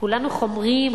כולנו חומריים,